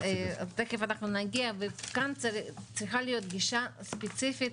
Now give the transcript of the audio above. תיכף אנחנו נגיע וכאן צריכה להיות גישה ספציפית